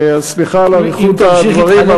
אז סליחה על אריכות הדברים,